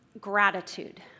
gratitude